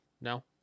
No